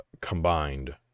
combined